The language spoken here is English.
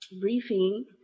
briefing